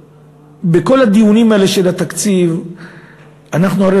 בכל הדיונים האלה של התקציב אנחנו הרי